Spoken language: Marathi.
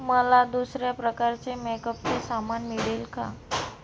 मला दुसऱ्या प्रकारचे मेकअपचे सामान मिळेल का